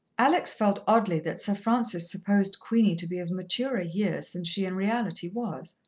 alex felt oddly that sir francis supposed queenie to be of maturer years than she in reality was.